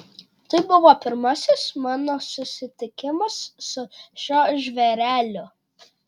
tai buvo pirmasis mano susitikimas su šiuo žvėreliu